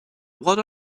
what